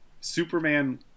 Superman